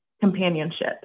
companionship